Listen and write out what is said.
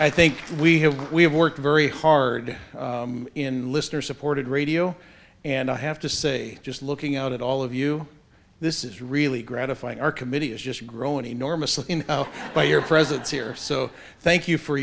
i think we have we have worked very hard in lyster supported radio and i have to say just looking out at all of you this is really gratifying our committee has just grown enormously by your presence here so thank you for